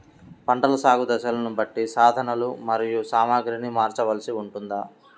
పంటల సాగు దశలను బట్టి సాధనలు మరియు సామాగ్రిని మార్చవలసి ఉంటుందా?